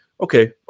Okay